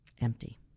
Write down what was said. Empty